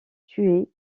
tués